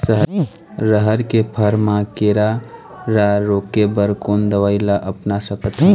रहर के फर मा किरा रा रोके बर कोन दवई ला अपना सकथन?